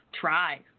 try